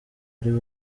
ariwe